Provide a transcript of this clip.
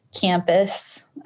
campus